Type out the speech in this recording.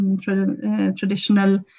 traditional